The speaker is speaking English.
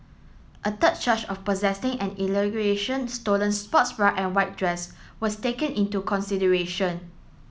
a third charge of possessing an allegation stolen sports bra and white dress was taken into consideration